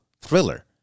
thriller